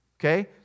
Okay